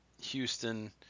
Houston